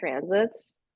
transits